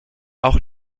auch